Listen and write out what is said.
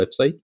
website